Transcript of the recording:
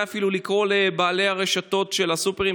אפילו לקרוא לבעלי הרשתות של הסופרים,